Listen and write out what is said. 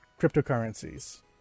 cryptocurrencies